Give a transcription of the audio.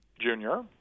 Junior